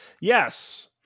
Yes